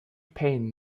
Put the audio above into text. pain